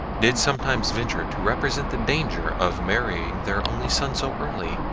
did sometimes venture to represent the danger of marrying their only son so early,